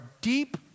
deep